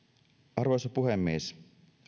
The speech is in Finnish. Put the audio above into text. arvoisa puhemies